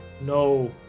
No